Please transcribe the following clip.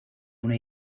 una